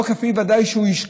לא כפי שהוא ודאי השקיע,